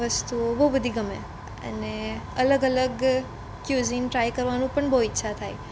એ વસ્તુઓ બહું બધી ગમે અને અલગ અલગ ક્યુઝિન ટ્રાઈ કરવાનું પણ બહું ઈચ્છા